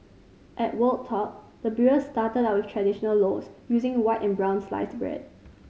at Wold Top the brewers started out with traditional loaves using white and brown sliced bread